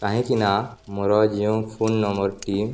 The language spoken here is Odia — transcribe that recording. କାହିଁକିନା ମୋର ଯେଉଁ ଫୋନ ନମ୍ବରଟି